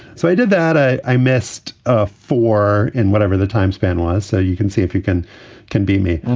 so i did that. i i missed ah four. and whatever the time span was, so you can see if you can can beat me.